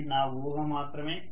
అది నా ఊహ మాత్రమే